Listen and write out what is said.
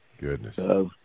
Goodness